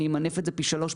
אני אמנף את זה פי שלושה,